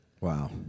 Wow